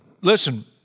listen